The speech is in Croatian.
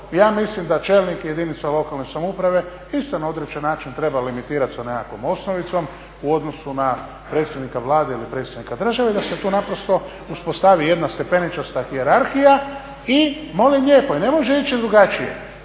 ja mislim da čelnik jedinica lokalne samouprave isto na određen način treba limitirat sa nekakvom osnovicom u odnosu na predsjednika Vlade ili predsjednika države, da se tu naprosto uspostavi jedna stepeničasta hijerarhija i molim lijepo i ne može ići drugačije.